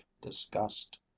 disgust